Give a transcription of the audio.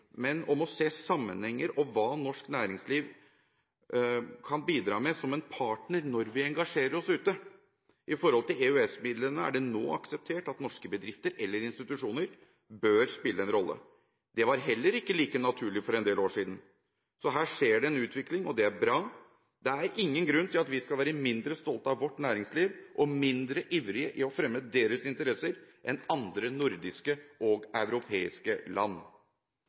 men om å se sammenhenger og hva norsk næringsliv kan bidra med som en partner når vi engasjerer oss ute. I forhold til EØS-midlene er det nå akseptert at norske bedrifter eller institusjoner bør spille en rolle. Det var heller ikke like naturlig for en del år siden. Så her skjer det en utvikling, og det er bra. Det er ingen grunn til at vi skal være mindre stolte av vårt næringsliv og mindre ivrige etter å fremme deres interesser enn andre nordiske og europeiske land.